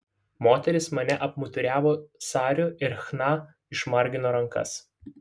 moterys mane apmuturiavo sariu ir chna išmargino rankas